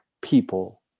people